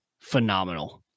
phenomenal